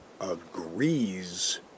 agrees